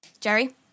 Jerry